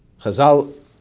Chazal